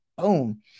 Boom